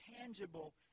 tangible